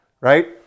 right